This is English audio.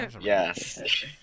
Yes